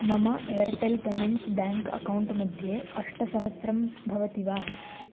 मम Airtel payments bank account मध्ये अष्टसहस्रं भवति वा